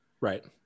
Right